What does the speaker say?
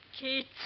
kids